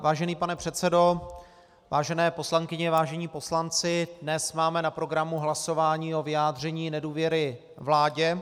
Vážený pane předsedo, vážené poslankyně, vážení poslanci, dnes máme na programu hlasování o vyjádření nedůvěry vládě.